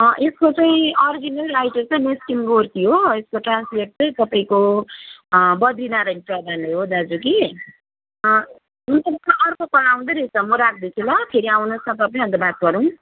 अँ यसको चाहिँ अर्जिनल राइटर चाहिँ म्याक्सिम गोर्की हो यसको ट्रान्सलेट चाहिँ तपाईँको बद्रीनारायण प्रधान हो दाजु कि सुन्नुहोस् न अर्को कल आउँदैरहेछ म राख्दैछु ल फेरि आउनुहोस् म तपाईँ अन्त बात गरौँ